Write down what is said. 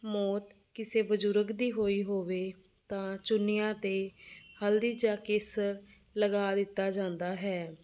ਮੌਤ ਕਿਸੇ ਬਜ਼ੁਰਗ ਦੀ ਹੋਈ ਹੋਵੇ ਤਾਂ ਚੁੰਨੀਆਂ 'ਤੇ ਹਲਦੀ ਜਾ ਕੇਸਰ ਲਗਾ ਦਿੱਤਾ ਜਾਂਦਾ ਹੈ